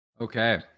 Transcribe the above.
Okay